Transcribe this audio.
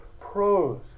prose